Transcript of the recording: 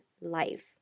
life